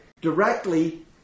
directly